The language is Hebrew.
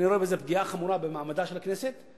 אני רואה בזה פגיעה חמורה במעמדה של הכנסת,